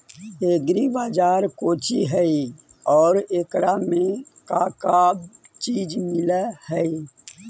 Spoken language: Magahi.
एग्री बाजार कोची हई और एकरा में का का चीज मिलै हई?